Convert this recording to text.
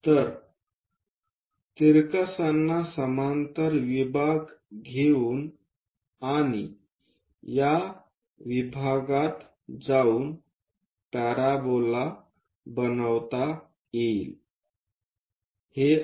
तर तिरकसांना समांतर विभाग घेऊन आणि या विभागात जावून पॅराबोला बनवता येईल